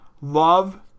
love